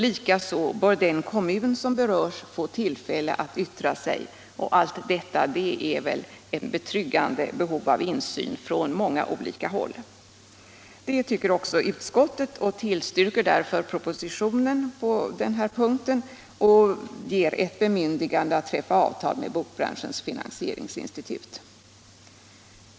Likaså bör den kommun som berörs få tillfälle att yttra sig. Allt detta ger väl betryggande insyn från många olika håll. Det tycker utskottet och tillstyrker därför propositionens förslag, vilket innebär ett bemyndigande att träffa avtal med Bokbranschens finansieringsinstitut.